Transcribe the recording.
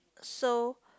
so